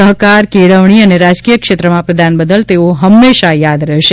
સહકાર કેળવણી અને રાજકીય ક્ષેત્રમાં પ્રદાન બદલ તેઓ હંમેશા યાદ રહેશે